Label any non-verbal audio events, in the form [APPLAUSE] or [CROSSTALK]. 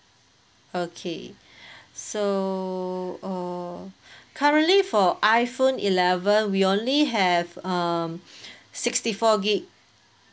okay [BREATH] so err currently for iphone eleven we only have um [BREATH] sixty four gig